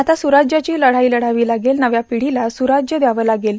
आता सुराज्याची लढाई लढावी लागेल नव्या पिढीला सुराज्य द्यावं लागेल